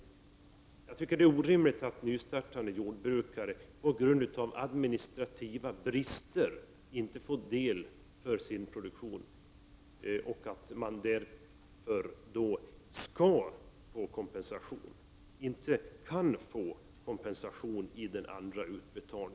Det är orimligt att nystartande jordbrukare på grund av administrativa brister inte kan få del av någon kompensation vid den andra utbetalningen som sker nu under 1990.